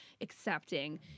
accepting